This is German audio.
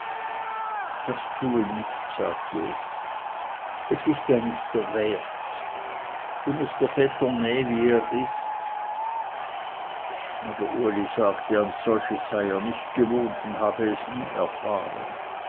das tue nicht sagte es es ist ja nicht dr wert du mußt dr vetter näh wie er ist aber uli sagte an solches sei er nicht gewohnt und habe es nie erfahren